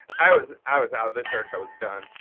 i was i was out of the church i was done.